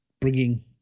bringing